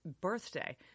birthday